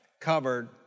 covered